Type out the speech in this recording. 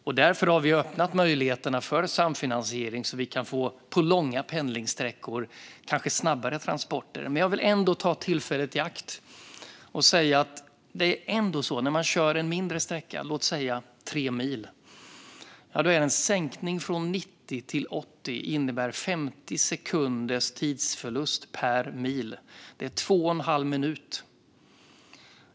Vi har därför öppnat möjligheterna för samfinansiering så att man på långa pendlingssträckor kanske kan få snabbare transporter. Jag vill dock ta tillfället i akt och nämna att när man kör en kortare sträcka - låt oss säga tre mil - innebär en sänkning från 90 till 80 en tidsförlust på 50 sekunder per mil. Det är två och en halv minut.